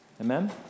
Amen